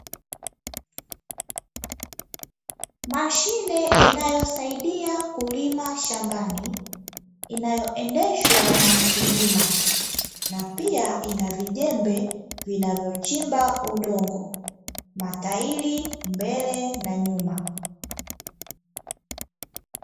Mashine inayosaidia kulima shambani, Inayoendeshwa na mkulima, na pia ina vijembe vibavyochimba udogo. Matairi mbele na nyuma.